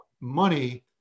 money